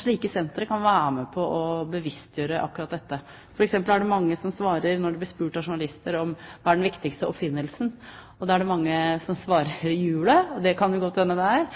Slike sentre kan være med på å bevisstgjøre akkurat dette. For eksempel er det mange som svarer når de blir spurt av journalister om hva som er den viktigste oppfinnelsen, at det er hjulet. Det